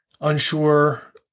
unsure